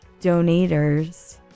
donators